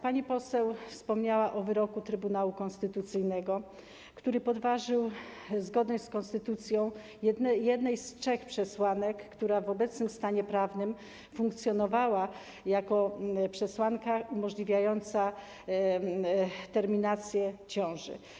Pani poseł wspomniała o wyroku Trybunału Konstytucyjnego, który podważył zgodność z konstytucją jednej z trzech przesłanek, które w obecnym stanie prawnym funkcjonowały jako przesłanki umożliwiające terminację ciąży.